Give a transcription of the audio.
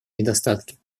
недостатки